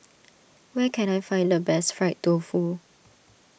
where can I find the best Fried Tofu